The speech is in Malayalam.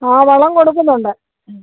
ആ വളം കൊടുക്കുന്നുണ്ട് മ്